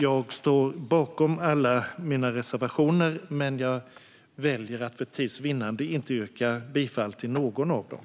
Jag står bakom alla mina reservationer men väljer för tids vinnande att inte yrka bifall till någon av dem.